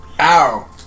Ow